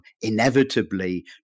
inevitably